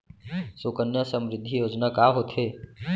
सुकन्या समृद्धि योजना का होथे